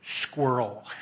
squirrel